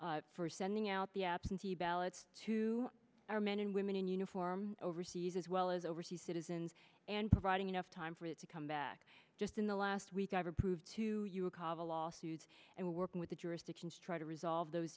for sending out the absentee ballots to our men and women in uniform overseas as well as overseas citizens and providing enough time for it to come back just in the last week either prove to you recall the lawsuits and working with the jurisdictions try to resolve those